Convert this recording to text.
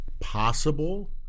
possible